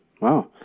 wow